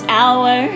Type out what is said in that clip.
hour